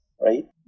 right